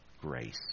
grace